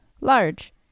large